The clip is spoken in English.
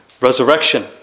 resurrection